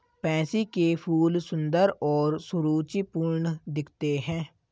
pansy के फूल सुंदर और सुरुचिपूर्ण दिखते हैं